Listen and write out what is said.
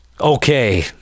Okay